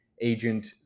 agent